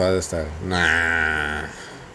it's another style nah